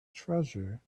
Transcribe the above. treasure